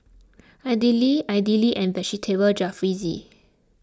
Idili Idili and Vegetable Jalfrezi